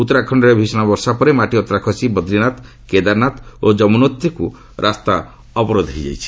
ଉତ୍ତରାଖଣରେ ଭୀଷଣ ବର୍ଷା ପରେ ମାଟି ଅତଡା ଖସି ବଦ୍ରିନାଥ କେଦାରନାଥ ଓ ଯମୂନୋତ୍ରୀକୁ ରାସ୍ତା ଅବରୋଧ ହୋଇରହିଛି